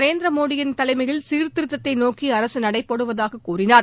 நரேந்திர மோடியின் தலைமையில் சீர்திருத்தத்தை நோக்கி அரசு நடைபோடுவதாக கூறினார்